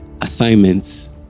Assignments